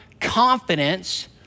confidence